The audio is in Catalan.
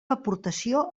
aportació